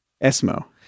Esmo